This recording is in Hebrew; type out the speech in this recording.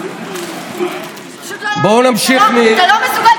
אתה לא מסוגל,